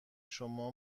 شما